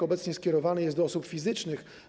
Obecnie skierowany jest do osób fizycznych.